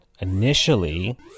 initially